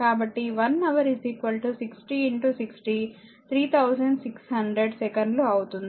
కాబట్టి 1 హవర్ 60 60 3600 సెకన్లు అవుతుంది